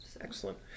excellent